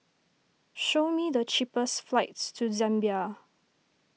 show me the cheapest flights to Zambia